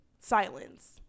Silence